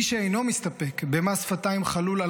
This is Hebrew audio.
מי שאינו מסתפק במס שפתיים חלול על